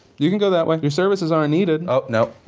you can go that way your services are needed. oh, no